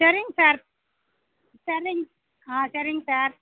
சரிங்க சார் சரிங்க ஆ சரிங்க சார்